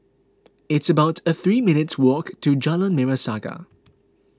it's about three minutes' walk to Jalan Merah Saga